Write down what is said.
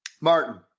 Martin